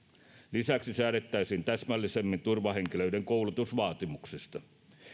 lisäksi säädettäisiin täsmällisemmin turvahenkilöiden koulutusvaatimuksista